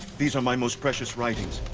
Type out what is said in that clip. these are my most precious writings,